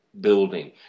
building